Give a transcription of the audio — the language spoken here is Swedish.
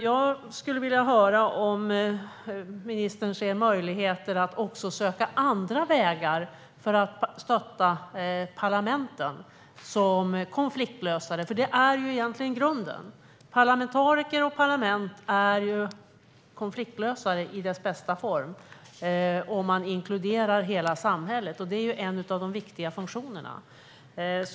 Jag skulle vilja höra om ministern ser möjligheter att också söka andra vägar för att stötta parlamenten som konfliktlösare, för de är egentligen grunden. Parlamentariker och parlament är ju konfliktlösa i dess bästa form, om man inkluderar hela samhället. Det är ju en av de viktiga funktionerna.